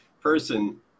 person